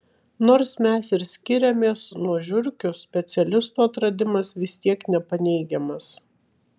nors mes ir skiriamės nuo žiurkių specialistų atradimas vis tiek nepaneigiamas